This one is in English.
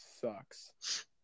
sucks